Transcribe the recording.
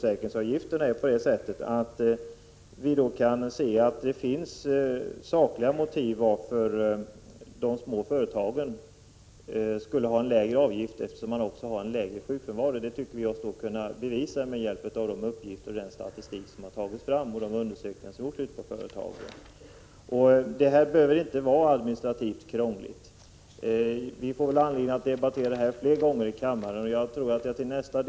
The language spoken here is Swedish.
Vi anser att det finns sakliga motiv för att de små företagen skall ha en lägre sjukförsäkringsavgift. De har ju en lägre sjukfrånvaro, något som vi kan bevisa genom de uppgifter och den statistik som tagits fram samt genom de undersökningar som har gjorts på företagen. Det här behöver inte vara administrativt krångligt. Vi får väl anledning att debattera dessa frågor flera gånger här i kammaren.